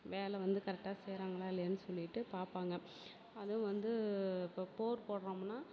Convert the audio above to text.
வேலை வந்து கரெக்டாக செய்யறாங்களா இல்லையான்னு சொல்லிவிட்டு பார்ப்பாங்க அதுவும் வந்து இப்போ போர் போடுறோம்னா